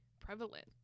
prevalent